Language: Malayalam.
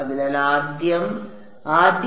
അതിനാൽ ആദ്യ ടേം ഇതുപോലെയാകും